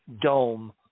dome